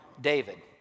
David